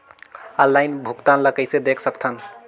Online भुगतान ल कइसे देख सकथन?